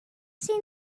sydd